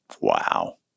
Wow